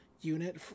unit